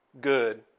good